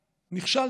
נכשלתם.